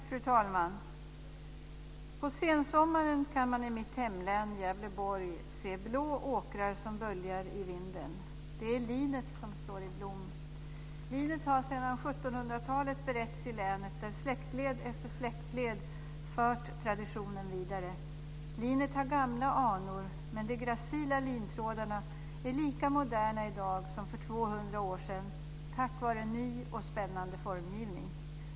Fru talman! På sensommaren kan man i mitt hemlän Gävleborg se blå åkrar som böljar i vinden. Det är linet som står i blom. Linet har sedan 1700 talet beretts i länet, där släktled efter släktled fört traditionen vidare. Linet har gamla anor, men de gracila lintrådarna är lika moderna i dag som för 200 år sedan tack vare ny och spännande formgivning.